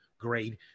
great